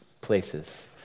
places